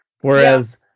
Whereas